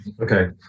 Okay